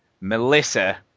Melissa